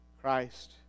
Christ